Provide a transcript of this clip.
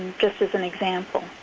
just as an example.